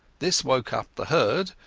this woke up the herd,